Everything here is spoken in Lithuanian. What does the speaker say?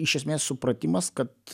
iš esmės supratimas kad